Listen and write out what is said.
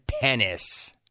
penis